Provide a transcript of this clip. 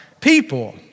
people